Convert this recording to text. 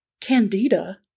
candida